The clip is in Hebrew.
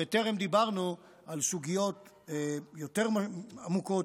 בטרם דיברנו על סוגיות יותר עמוקות,